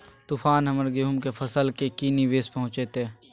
तूफान हमर गेंहू के फसल के की निवेस पहुचैताय?